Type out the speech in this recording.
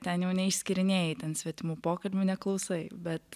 ten jau neišskyrinėji ten svetimų pokalbių neklausai bet